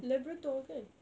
labrador kan